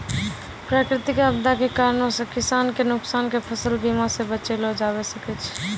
प्राकृतिक आपदा के कारणो से किसान के नुकसान के फसल बीमा से बचैलो जाबै सकै छै